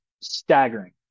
staggering